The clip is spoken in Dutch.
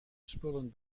spullen